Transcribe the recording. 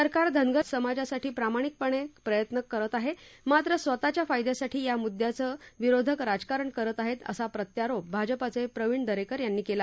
सरकार धनगर समाजासाठी प्रामाणिकपणे प्रयत्न काम करत आहे मात्र विरोधक स्वतःच्या फायद्यासाठी या मुद्याचं राजकारण करत आहेत असा प्रत्यारोप भाजपाचे प्रवीण दरेकर यांनी केला